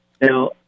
Now